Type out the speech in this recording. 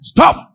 Stop